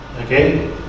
okay